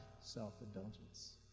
self-indulgence